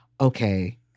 okay